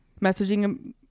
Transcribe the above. messaging